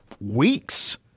weeks